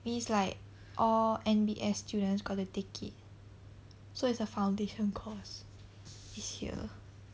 means like all N_B_S students got to take it so it's a foundation course this year